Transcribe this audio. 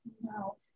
no